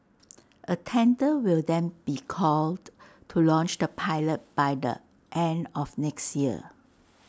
A tender will then be called to launch the pilot by the end of next year